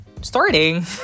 starting